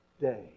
day